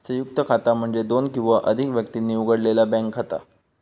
संयुक्त खाता म्हणजे दोन किंवा अधिक व्यक्तींनी उघडलेला बँक खाता